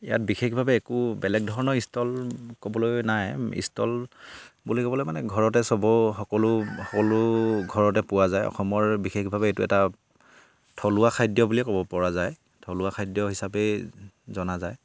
ইয়াত বিশেষভাৱে একো বেলেগ ধৰণৰ ষ্টল ক'বলৈ নাই ষ্টল বুলি ক'বলৈ মানে ঘৰতে চব সকলো সকলো ঘৰতে পোৱা যায় অসমৰ বিশেষভাৱে এইটো এটা থলুৱা খাদ্য বুলিয়ে ক'ব পৰা যায় থলুৱা খাদ্য হিচাপেই জনা যায়